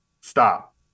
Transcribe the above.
stop